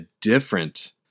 different